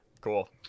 Cool